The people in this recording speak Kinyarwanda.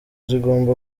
zigomba